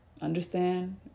understand